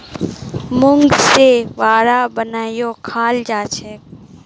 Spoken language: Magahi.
मूंग से वड़ा बनएयों खाल जाछेक